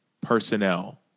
personnel